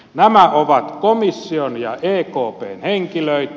nämä ovat komission ja ekpn henkilöitä